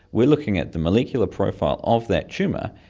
we're looking at the molecular profile of that tumour,